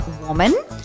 Woman